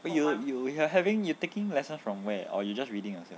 oh you you are having you taking lessons from where or you just reading yourself